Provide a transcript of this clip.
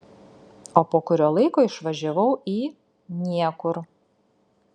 o po kurio laiko išvažiavau į niekur